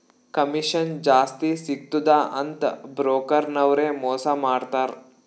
commission ಜಾಸ್ತಿ ಸಿಗ್ತುದ ಅಂತ್ ಬ್ರೋಕರ್ ನವ್ರೆ ಮೋಸಾ ಮಾಡ್ತಾರ್